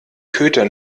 köter